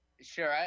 Sure